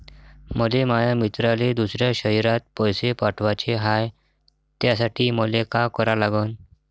मले माया मित्राले दुसऱ्या शयरात पैसे पाठवाचे हाय, त्यासाठी मले का करा लागन?